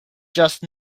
just